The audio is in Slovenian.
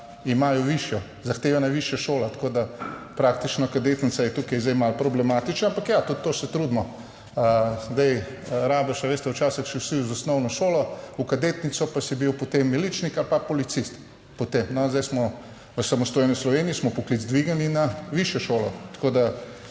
imajo višjo, zahtevana je višja šola, tako da praktično kadetnica je tukaj zdaj malo problematična, ampak ja, tudi to se trudimo. Zdaj rabiš, a veste, včasih so vsi z osnovno šolo v kadetnico pa si bil potem miličnik ali pa policist potem. No, zdaj smo v samostojni Sloveniji, smo poklic dvignili na višjo šolo, tako da